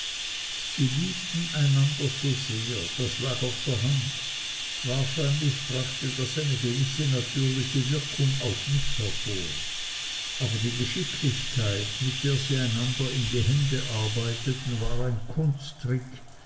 sie liebten einander sehr das lag auf der hand wahrscheinlich brachte das eine gewisse natürliche wirkung auf mich hervor aber die geschicklichkeit mit der sie einander in die hände arbeiteten war ein